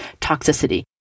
toxicity